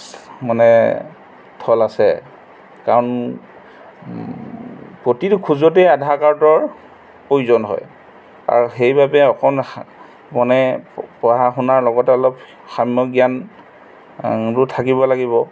মানে থল আছে কাৰণ প্ৰতিটো খোজতেই আধাৰ কাৰ্ডৰ প্ৰয়োজন হয় আৰু সেইবাবে অকণ মানে পঢ়া শুনাৰ লগতে অলপ সাম্য জ্ঞান এইবোৰ থাকিব লাগিব